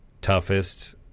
toughest